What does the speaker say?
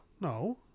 No